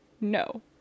No